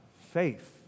faith